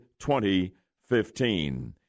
2015